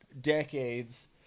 decades